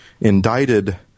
indicted